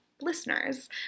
listeners